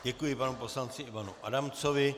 Děkuji panu poslanci Ivanu Adamcovi.